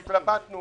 התלבטנו